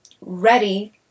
ready